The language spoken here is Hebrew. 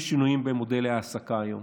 יש שינויים במודלי ההעסקה היום,